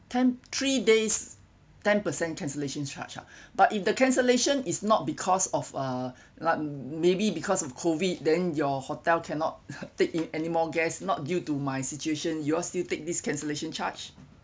ten three days ten percent cancellations charge ah but if the cancellation is not because of uh maybe because of COVID then your hotel cannot take in anymore guest not due to my situation you all still take this cancellation charge